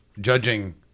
judging